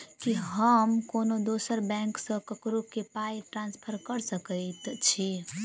की हम कोनो दोसर बैंक सँ ककरो केँ पाई ट्रांसफर कर सकइत छि?